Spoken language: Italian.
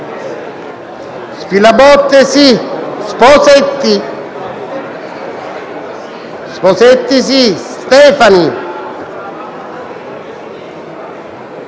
Spilabotte, Sposetti, Stefano,